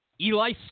Eli